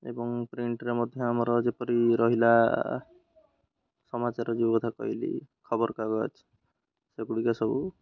ଏବଂ ପ୍ରିଣ୍ଟରେ ମଧ୍ୟ ଆମର ଯେପରି ରହିଲା ସମାଚାର ଯେଉଁ କଥା କହିଲି ଖବରକାଗଜ ସେଗୁଡ଼ିକ ସବୁ